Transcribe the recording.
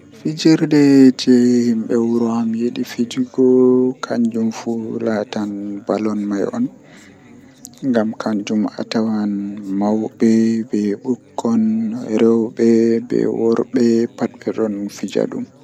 Ndikkinami mi yaha be debbo am ngam debbo am do kanko mindo wondi egaa jooni haa abada mi maran bikkon mi andan kala ko o mari haaje pat o andan kala komi mari haaje pat, amma soobiraabe hande e jango wawan min wara min sendira be mabbe malla min wonda be mabbe min jooda min metai laarugo, Amma debbo am mindon wondiko ndei.